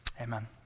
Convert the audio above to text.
Amen